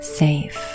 safe